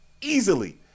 easily